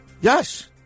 Yes